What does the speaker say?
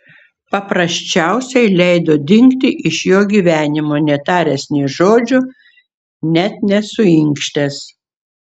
paprasčiausiai leido dingti iš jo gyvenimo netaręs nė žodžio net nesuinkštęs